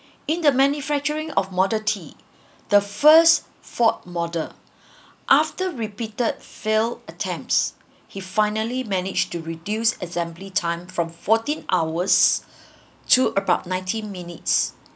in the manufacturing of modesty the first ford model after repeated few attempts he finally managed to reduce assembly time from fourteen hours to about nineteen minutes